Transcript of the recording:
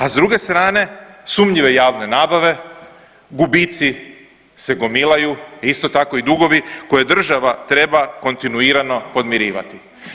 A s druge strane sumnjive javne nabave, gubici se gomilaju, isto tako i dugovi koje država treba kontinuirano podmirivati.